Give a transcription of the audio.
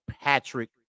Patrick